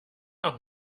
auch